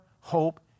hope